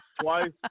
twice